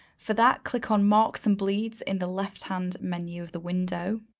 for that, click on marks and bleeds in the left hand menu of the window.